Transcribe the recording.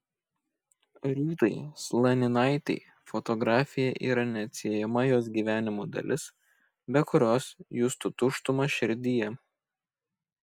rūtai slaninaitei fotografija yra neatsiejama jos gyvenimo dalis be kurios justų tuštumą širdyje